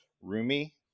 roomy